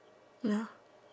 ya